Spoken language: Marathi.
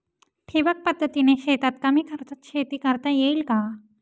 ठिबक पद्धतीने शेतात कमी खर्चात शेती करता येईल का?